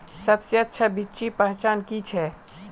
सबसे अच्छा बिच्ची पहचान की छे?